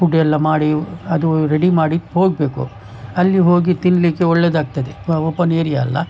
food ಎಲ್ಲ ಮಾಡಿ ಅದೂ ರೆಡಿ ಮಾಡಿ ಹೋಗಬೇಕು ಅಲ್ಲಿ ಹೋಗಿ ತಿನ್ನಲಿಕ್ಕೆ ಒಳ್ಳೆಯದಾಗ್ತದೆ ಓಪನ್ ಏರಿಯ ಅಲ್ಲ